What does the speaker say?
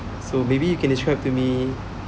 so maybe you can describe to me